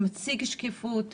שמציג שקיפות.